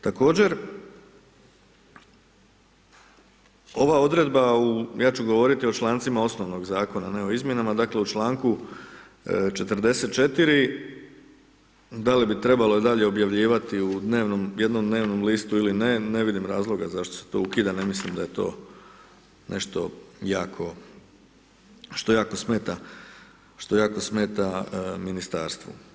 Također, ova odredba u, ja ću govoriti o člancima osnovnog zakona, ne o izmjenama, dakle u članku 44. da li bi trebalo i dalje objavljivati u jednom dnevnom listu ili ne, ne vidim razloga zašto se to ukida, ne mislim da je to nešto što jako smeta ministarstvu.